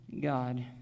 God